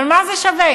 אבל מה זה שווה?